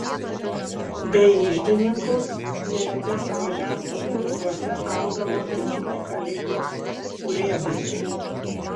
be iždininkų neretai savo ženklus piniguose kaldavo ir kiti kalyklos urėdai